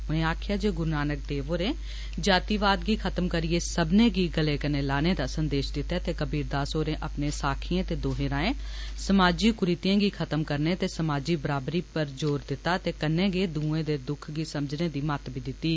उनें आक्खेआ जे गुरु नानक देव होरें जातिवाद गी खत्म करियै सब्बनें गी गले कन्नै लाने दा संदेश दिता ते कबीरदास होरें अपने साखिएं ते दोहें राएं समाजी कुरितियें गी खत्म करने ते समाजी बराबरी पर जोद दिता ते कन्नै गै दुए दे दुख गी समझने दी मत्त बी दिती